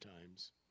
times